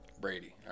Brady